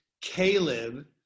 Caleb